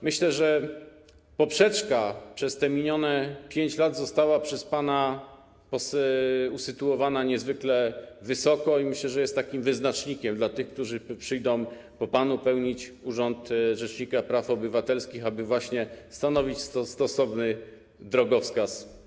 Myślę, że poprzeczka przez te minione 5 lat została przez pana postawiona niezwykle wysoko i że jest takim wyznacznikiem dla tych, którzy przyjdą po panu pełnić urząd rzecznika praw obywatelskich, aby właśnie stanowić stosowny drogowskaz.